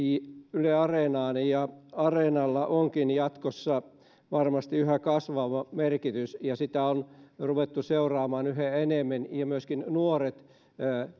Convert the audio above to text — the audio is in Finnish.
yle areenaan areenalla onkin jatkossa varmasti yhä kasvava merkitys ja sitä on ruvettu seuraamaan yhä enemmän ja myöskin nuoret